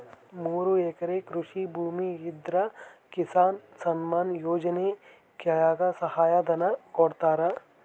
ಮೂರು ಎಕರೆ ಕೃಷಿ ಭೂಮಿ ಇದ್ರ ಕಿಸಾನ್ ಸನ್ಮಾನ್ ಯೋಜನೆ ಕೆಳಗ ಸಹಾಯ ಧನ ಕೊಡ್ತಾರ